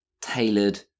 tailored